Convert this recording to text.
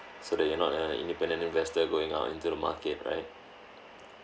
so that you're not a independent investor going out into the market right